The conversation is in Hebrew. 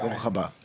ברוך הבא.